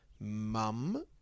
mum